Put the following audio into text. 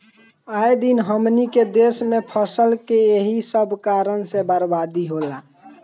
आए दिन हमनी के देस में फसल के एही सब कारण से बरबादी होला